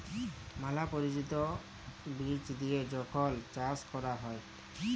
ম্যালা পরজাতির বীজ দিঁয়ে যখল চাষ ক্যরা হ্যয়